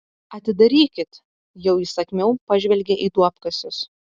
atidarykit jau įsakmiau pažvelgė į duobkasius